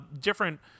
different